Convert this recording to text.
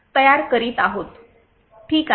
ठीक आहे